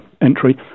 entry